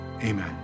amen